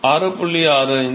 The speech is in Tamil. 65 m